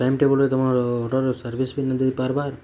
time ଟେବୁଲ୍ରେ ତମର୍ order service ବି ନାଇଁ ଦେଇ ପାର୍ବାର୍